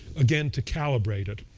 again, to calibrate it,